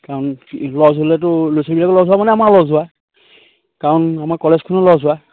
কাৰণ লছ হ'লেতো ল'ৰা ছোৱালীবিলাকৰ লছ হোৱা মানে আমাৰ লছ হোৱা কাৰণ আমাৰ কলেজখনৰ লছ হোৱা